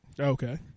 Okay